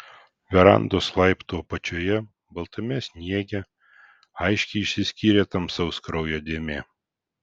verandos laiptų apačioje baltame sniege aiškiai išsiskyrė tamsaus kraujo dėmė